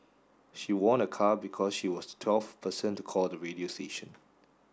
she won a car because she was the twelfth person to call the radio station